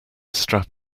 strap